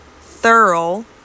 thorough